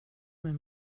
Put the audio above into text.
med